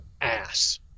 ass